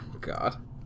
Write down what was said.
God